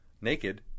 naked